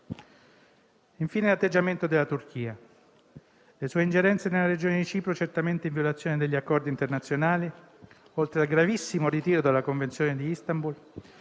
infine l'atteggiamento della Turchia. Le sue ingerenze nella regione di Cipro, certamente in violazione degli accordi internazionali, oltre al gravissimo ritiro dalla Convenzione di Istanbul